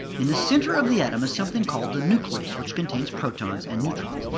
in the center of the atom is something called the nucleus, which contains protons and neutrons,